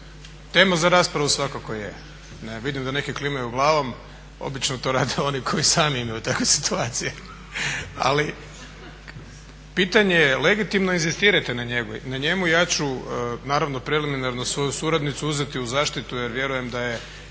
Tema za raspravu svakako je. Vidim da neki klimaju glavom, obično to rade oni koji sami imaju takve situacije. Ali, pitanje je legitimno, inzistirajte na njemu, ja ću naravno preliminarno svoju suradnicu uzeti u zaštitu jer vjerujem da je